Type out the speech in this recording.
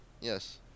Yes